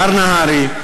מר נהרי,